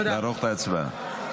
נערוך את ההצבעה.